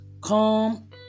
calm